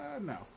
No